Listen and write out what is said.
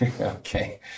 okay